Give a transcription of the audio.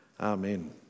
Amen